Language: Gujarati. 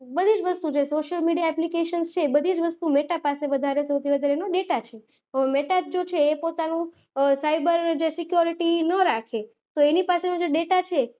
બધી જ વસ્તુ જે સોશિયલ મીડિયા એપ્લિકેસન્સ છે બધી જ વસ્તુ મેટા પાસે વધારે સૌથી વધારેનો ડેટા છે મેટા જો છે એ પોતાનું સાઇબર જે સિક્યોરિટી ન રાખે તો એની પાસેનો જે ડેટા છે